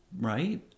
right